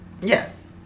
Yes